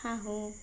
শাহু